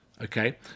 okay